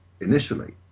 initially